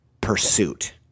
pursuit